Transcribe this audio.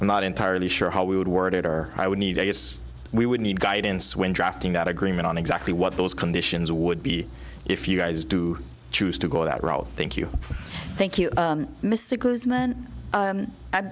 i'm not entirely sure how we would word it or i would need a yes we would need guidance when drafting that agreement on exactly what those conditions would be if you guys do choose to go that route thank you thank you